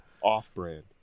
off-brand